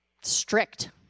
strict